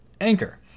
Anchor